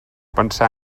pensar